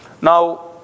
Now